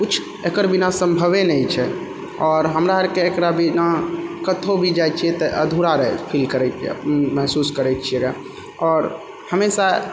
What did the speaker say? किछु एकर बिना सम्भवे नहि छै आओर हमरा अरके एकरा बिना कत्तो भी जाइ छियै तऽ अधूरा रहै फील करै महसूस करै छियै आओर हमेशा